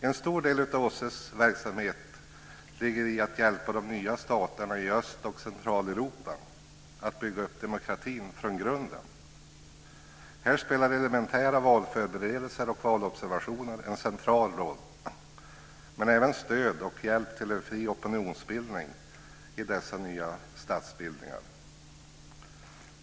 En stor del av OSSE:s verksamhet syftar till att hjälpa de nya staterna i Öst och Centraleuropa att bygga upp demokratin från grunden. Här spelar elementära valförberedelser och valobservationer en central roll, men även stöd och hjälp till en fri opinionsbildning i dessa nya statsbildningar.